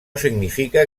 significa